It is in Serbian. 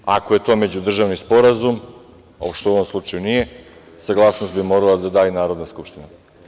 Na kraju, ako je to međudržavni sporazum, što u ovom slučaju nije, saglasnost bi morala da da i Narodna skupština.